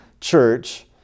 church